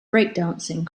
breakdancing